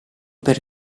per